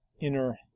inner